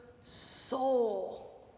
soul